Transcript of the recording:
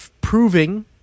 proving